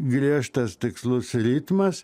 griežtas tikslus ritmas